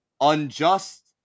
unjust